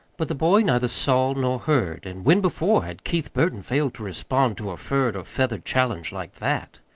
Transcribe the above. but the boy neither saw nor heard and when before had keith burton failed to respond to a furred or feathered challenge like that?